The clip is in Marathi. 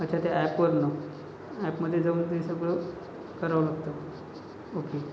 अच्छा त्या ॲपवरनं ॲपमधे जाऊन ते सगळं करावं लागतं ओके